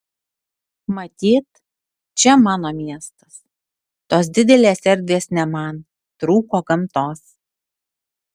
matyt čia mano miestas tos didelės erdvės ne man trūko gamtos